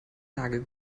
nagel